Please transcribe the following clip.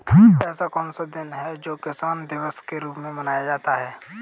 ऐसा कौन सा दिन है जो किसान दिवस के रूप में मनाया जाता है?